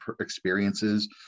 experiences